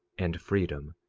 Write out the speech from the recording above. and freedom,